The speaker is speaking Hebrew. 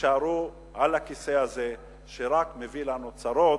יישארו על הכיסא הזה, שרק מביא לנו צרות,